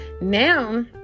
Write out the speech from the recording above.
Now